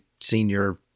Senior